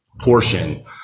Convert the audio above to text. portion